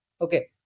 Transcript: okay